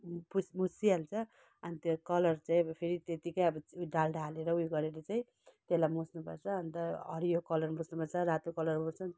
पुस मुसिहाल्छ अनि त्यो कलर चाहिँ अब फेरि त्यतिकै अब ऊ डाल्डा हालेर उयो गरेको चाहिँ त्यसलाई मुस्नु पर्छ अन्त हरियो कलर मुस्नु पर्छ रातो कलर